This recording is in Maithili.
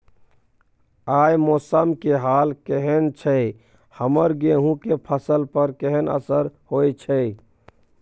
आय मौसम के हाल केहन छै हमर गेहूं के फसल पर केहन असर होय छै?